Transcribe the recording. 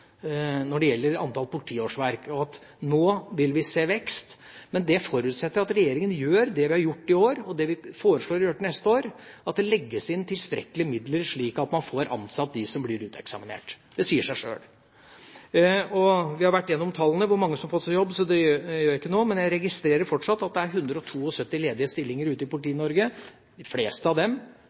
når det gjelder antall politiårsverk. Nå vil vi se vekst, men det forutsetter at regjeringa gjør det vi har gjort i år, og det vi foreslår å gjøre til neste år. Vi foreslår at det legges inn tilstrekkelige midler, slik at man kan få ansatt de som blir uteksaminert. Det sier seg sjøl. Vi har vært igjennom tallene på hvor mange som har fått seg jobb, så det går jeg ikke inn på nå, men jeg registrerer fortsatt at det er 172 ledige stillinger ute i Politi-Norge. De fleste av dem